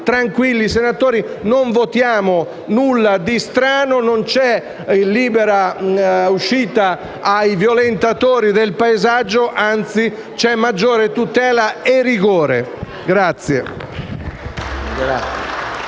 tranquilli. Non votiamo nulla di strano. Non c’è la libera uscita ai violentatori del paesaggio. Anzi, c’è maggiore tutela e rigore. Per